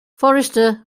forester